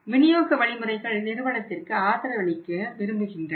விநியோக வழிமுறைகள் நிறுவனத்திற்கு ஆதரவளிக்க விரும்புகின்றன